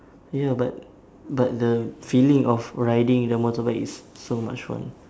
ya but but the feeling of riding the motorbike is so much fun